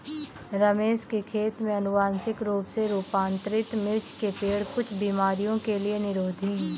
रमेश के खेत में अनुवांशिक रूप से रूपांतरित मिर्च के पेड़ कुछ बीमारियों के लिए निरोधी हैं